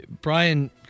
Brian